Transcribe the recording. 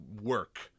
work